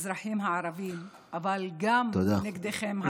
האזרחים הערבים, אבל גם נגדכם.